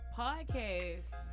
podcast